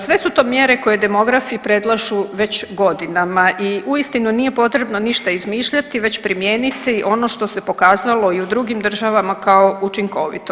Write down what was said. Sve su to mjere koje demografi predlažu već godinama i uistinu nije potrebno ništa izmišljati već primijeniti ono što se pokazalo i u drugim državama kao učinkovito.